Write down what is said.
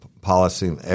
policy